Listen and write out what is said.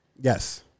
Yes